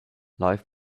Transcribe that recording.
live